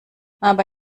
aber